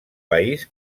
país